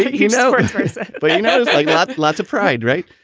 you know. but you know, i got lots of pride, right?